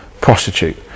prostitute